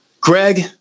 greg